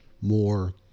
more